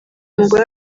mugore